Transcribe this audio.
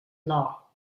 law